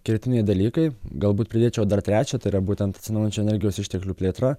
kertiniai dalykai galbūt pridėčiau dar trečią tai yra būtent atsinaujinančių energijos išteklių plėtra